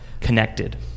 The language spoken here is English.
connected